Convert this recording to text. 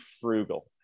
frugal